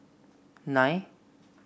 nine